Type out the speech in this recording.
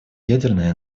ядерной